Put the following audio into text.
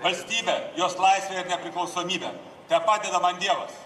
valstybę jos laisvę ir nepriklausomybę tepadeda man dievas